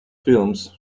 films